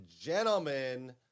gentlemen